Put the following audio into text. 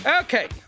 Okay